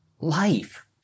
life